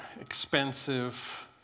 expensive